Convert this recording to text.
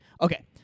Okay